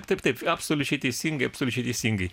taip taip absoliučiai teisingai absoliučiai teisingai